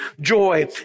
joy